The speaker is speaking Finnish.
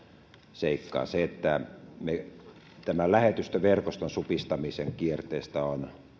seikkaa se että lähetystöverkoston supistamisen kierteestä on